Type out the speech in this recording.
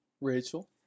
Rachel